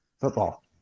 football